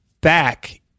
back